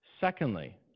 Secondly